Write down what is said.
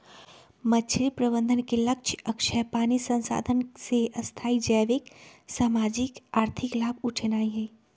मछरी प्रबंधन के लक्ष्य अक्षय पानी संसाधन से स्थाई जैविक, सामाजिक, आर्थिक लाभ उठेनाइ हइ